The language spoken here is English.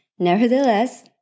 Nevertheless